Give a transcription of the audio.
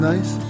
Nice